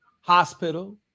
Hospital